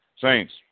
saints